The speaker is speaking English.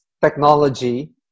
technology